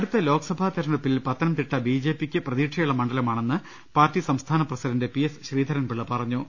അടുത്ത ലോക്സഭാ തെരഞ്ഞെടുപ്പിൽ പത്തനംതിട്ട ബിജെപി ക്ക് പ്രതീക്ഷയുളള മണ്ഡലമാണെന്ന് പാർട്ടി സംസ്ഥാന president P S Sreedharan Pillai പറഞ്ഞു